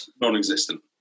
Non-existent